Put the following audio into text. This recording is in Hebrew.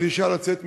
בדרישה לצאת מלבנון,